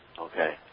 Okay